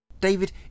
David